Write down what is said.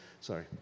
Sorry